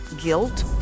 guilt